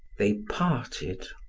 they parted.